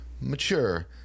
mature